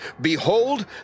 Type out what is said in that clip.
Behold